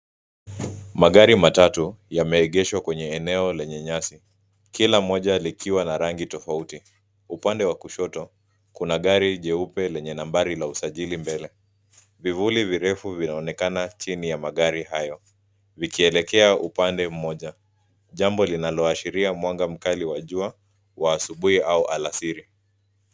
Magari matatu yameegeshwa kwenye eneo lenye nyasi. Kila Moja likiwa na rangi tofauti. Upande wa kushoto, Kuna gari jeupe lenye nambari la usajili mbele. Vivuli virefu vinaonekana chini ya magari hayo vikielekea upande mmoja. Jambo linaloashiria mwanga mkali wa jua wa asubuhi au alasiri.